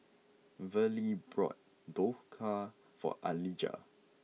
Verlie bought Dhokla for Alijah